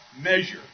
measure